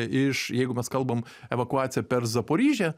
iš jeigu mes kalbam evakuacija per zaporižę